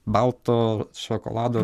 balto šokolado